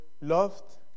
loved